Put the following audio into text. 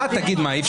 די כבר.